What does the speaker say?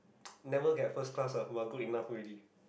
never get first class lah but good enough already